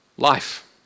Life